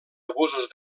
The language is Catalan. abusos